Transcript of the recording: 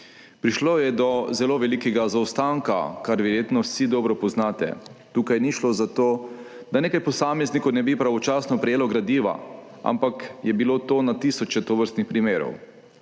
Prišlo je do zelo velikega zaostanka, kar verjetno vsi dobro poznate. Tukaj ni šlo za to, da nekaj posameznikov ne bi pravočasno prejelo gradiva, ampak je bilo to na tisoče tovrstnih primerov.